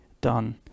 done